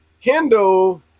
Kendall